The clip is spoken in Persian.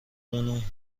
مون